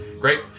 Great